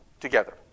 together